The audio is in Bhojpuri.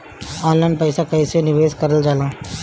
ऑनलाइन पईसा कईसे निवेश करल जाला?